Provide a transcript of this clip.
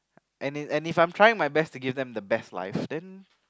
and if and if I'm trying my best to give them the best life then